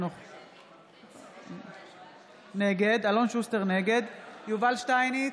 נגד יובל שטייניץ,